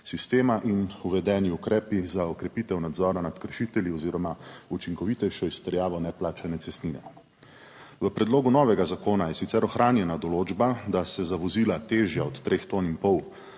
in uvedeni ukrepi za okrepitev nadzora nad kršitelji oziroma učinkovitejšo izterjavo neplačane cestnine. V predlogu novega zakona je sicer ohranjena določba, da se za vozila, težja od, 3,5 tone